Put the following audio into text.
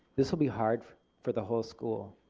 this will be hard for the whole school.